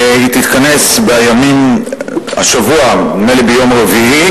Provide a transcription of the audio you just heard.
והיא תתכנס השבוע, נדמה לי ביום רביעי,